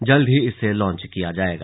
जल्द ही इसे लॉन्च किया जाएगा